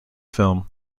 film